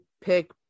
pick